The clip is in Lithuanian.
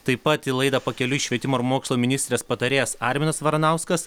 taip pat į laidą pakeliui švietimo ir mokslo ministrės patarėjas arminas varanauskas